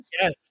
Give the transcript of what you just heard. Yes